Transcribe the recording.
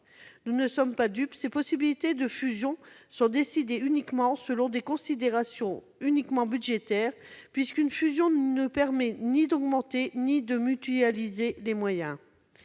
Nous ne sommes pas dupes : ces possibilités de fusion sont décidées selon des considérations uniquement budgétaires, puisqu'une fusion ne permet ni d'augmenter ni de mutualiser les moyens.